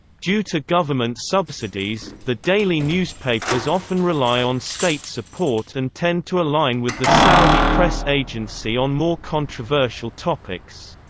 due to government subsidies, the daily newspapers often rely on state support and tend to align with the saudi press agency on more controversial topics.